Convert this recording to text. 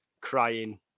crying